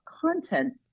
content